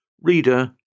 Reader